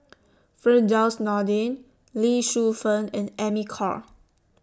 Firdaus Nordin Lee Shu Fen and Amy Khor